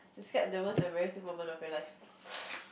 set the most embarrassing moment of your life